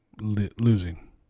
losing